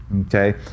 Okay